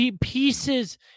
pieces